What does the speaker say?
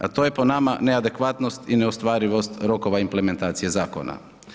A to je po nama neadekvatnost i neostvarivost rokova implementacije zakona.